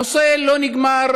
הנושא לא נגמר